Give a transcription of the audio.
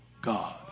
God